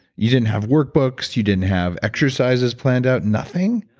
you didn't have workbooks, you didn't have exercises planned out, nothing?